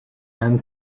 and